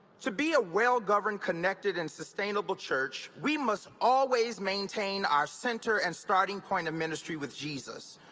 to be a well governed, connected and sustainable church, we must always maintain our center and starting point of ministry with jesus.